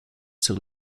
sur